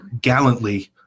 gallantly